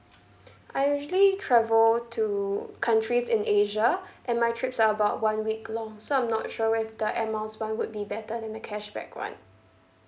I usually travel to countries in asia and my trips are about one week long so I'm not sure if the Air Miles [one] would be better than a cashback [one]